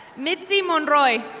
mitzi monroy.